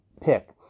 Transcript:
pick